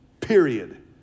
period